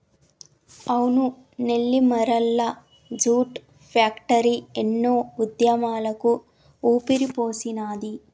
అవును Nellimarla jute factory ఎన్నో ఉద్యమాలకు ఊపిరిపోసినాది